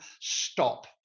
stop